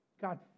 God